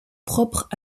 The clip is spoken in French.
propres